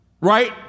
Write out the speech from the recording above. Right